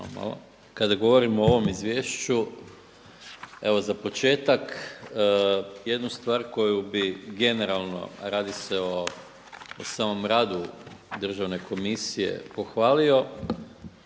kada govorim o ovom izvješću, evo za početak jednu stvar koju bih generalno, radi se o samom radu Državne komisije pohvalio